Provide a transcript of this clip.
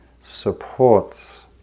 supports